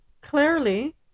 clearly